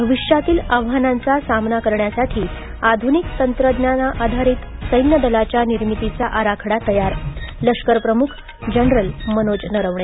भविष्यातील आव्हानांचा सामना करण्यासाठी आधुनिक तंत्रज्ञानाधारित सैन्य दलाच्या निर्मितीचा आराखडा तयार लष्कर प्रमुख जनरल मनोज नरवणे